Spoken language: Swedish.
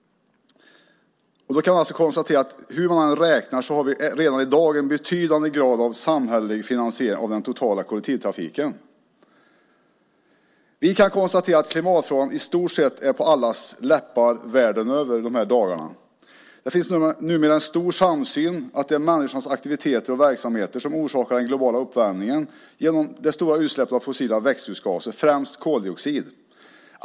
Det kan alltså konstateras att hur man än räknar har vi redan i dag en betydande grad av samhällelig finansiering av den totala kollektivtrafiken. Vi kan konstatera att klimatfrågan i dessa dagar är på i stort sett allas läppar världen över. Det finns numera en stor samsyn kring att det är människans aktiviteter och verksamheter som orsakar den globala uppvärmningen genom det stora utsläppet av fossila växthusgaser, främst koldioxid.